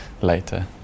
later